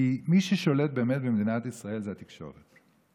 כי מי ששולט באמת במדינת ישראל זו התקשורת.